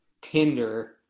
Tinder